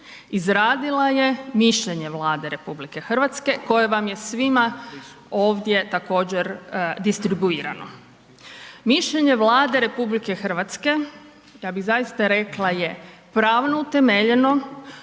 izradila je mišljenje Vlade RH koje vam je svima ovdje također distribuirano. Mišljenje Vlade RH, ja bih zaista rekla, je pravno utemeljeno,